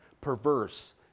perverse